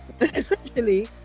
essentially